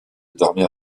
dormir